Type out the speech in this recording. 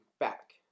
Back